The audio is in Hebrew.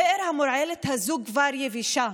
הבאר המורעלת הזו כבר יבשה.